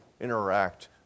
interact